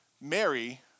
Mary